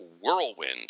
Whirlwind